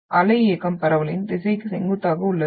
அலை இயக்கம் பரவலின் திசைக்கு செங்குத்தாக உள்ளது